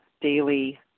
daily